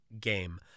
game